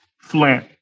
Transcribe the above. Flint